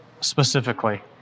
specifically